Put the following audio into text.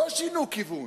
לא שינו כיוון,